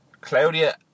Claudia